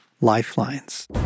lifelines